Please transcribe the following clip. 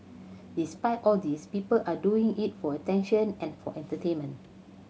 despite all these people are doing it for attention and for entertainment